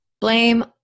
Blame